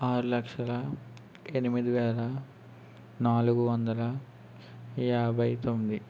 ఆరు లక్షల ఎనిమిది వేల నాలుగు వందల యాభై తొమ్మిది